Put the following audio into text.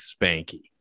spanky